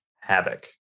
havoc